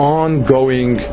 ongoing